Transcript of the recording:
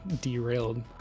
derailed